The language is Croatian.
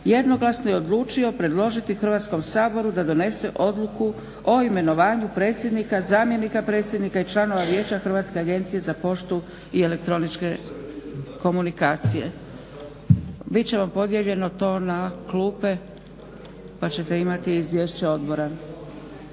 jednoglasno je odlučio predložiti Hrvatskom saboru da donese odluku o imenovanju predsjednika, zamjenika predsjednika i članova Vijeća Hrvatske agencije za poštu i elektroničke komunikacije. Bit će vam podijeljeno to na klupe pa ćete imati izvješće odbora.